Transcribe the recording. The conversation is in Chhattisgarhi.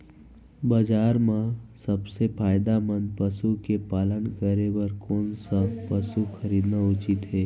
बजार म सबसे फायदामंद पसु के पालन करे बर कोन स पसु खरीदना उचित हे?